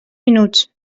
minuts